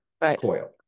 coil